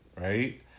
right